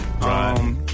Right